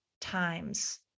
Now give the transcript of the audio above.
times